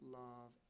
love